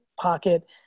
pocket